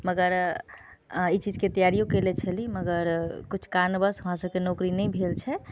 मगर ई चीजके तैयारिओ कयने छेली मगर किछु कारणवश हमरा सभके नौकरी नहि भेल छै